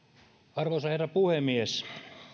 arvoisa herra puhemies